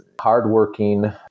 hardworking